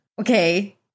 Okay